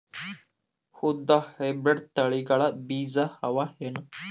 ಉದ್ದ ಹೈಬ್ರಿಡ್ ತಳಿಗಳ ಬೀಜ ಅವ ಏನು?